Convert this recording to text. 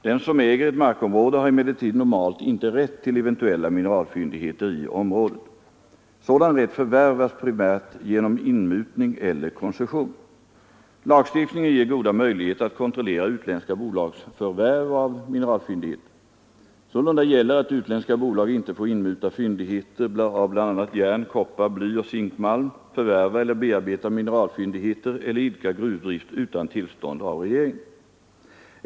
Den som äger ett markområde har emellertid inte rätt till eventuella mineralfyndigheter i området. Sådan rätt förvärvas primärt genom inmutning eller koncession. Lagstiftningen ger goda möjligheter att kontrollera utländska bolagsförvärv av mineralfyndigheter. Sålunda gäller att utländska bolag inte får inmuta fyndigheter av bl.a. järn-, koppar-, blyoch zinkmalm, förvärva eller bearbeta mineralfyndigheter eller idka gruvdrift utan tillstånd av regeringen.